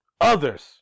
others